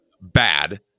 bad